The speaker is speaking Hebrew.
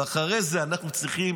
ואחרי זה אנחנו צריכים